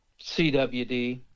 CWD